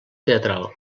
teatral